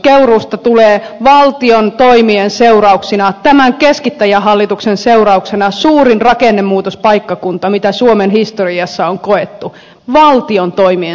keuruusta tulee valtion toimien seurauksena tämän keskittäjähallituksen seurauksena suurin rakennemuutospaikkakunta mitä suomen historiassa on koettu valtion toimien seurauksena